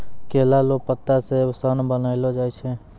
केला लो पत्ता से सन बनैलो जाय छै